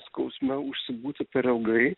skausme užsibūti per ilgai